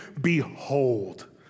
behold